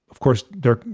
of course, their,